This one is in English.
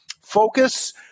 focus